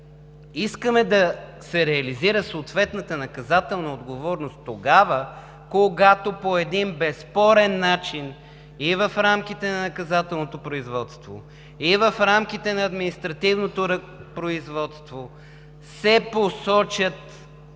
искаме да се реализира съответната наказателна отговорност тогава, когато по един безспорен начин и в рамките на наказателното производство, и в рамките на административното производство се посочат